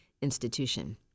institution